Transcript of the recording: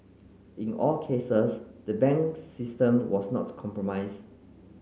in all cases the banks system was not compromise